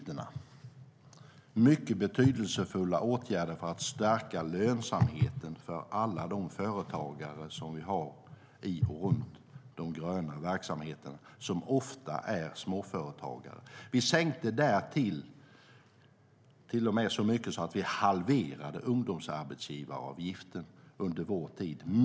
Det var mycket betydelsefulla åtgärder för att stärka lönsamheten för alla de företagare som vi har i och runt de gröna verksamheterna, vilka ofta är småföretagare. Vi sänkte därtill ungdomsarbetsgivaravgiften under vår tid vid makten, så mycket att vi till och med halverade den.